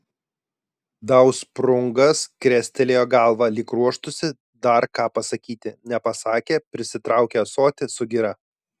dausprungas krestelėjo galvą lyg ruoštųsi dar ką pasakyti nepasakė prisitraukė ąsotį su gira